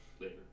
later